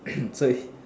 so it's